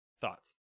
thoughts